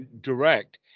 direct